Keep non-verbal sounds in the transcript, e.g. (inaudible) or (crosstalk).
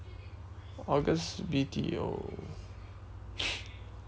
august B_T_O (noise)